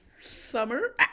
summer